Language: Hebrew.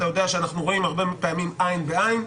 אתה יודע שאנחנו רואים הרבה פעמים עין בעין.